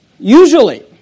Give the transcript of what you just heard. Usually